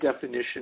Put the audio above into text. definition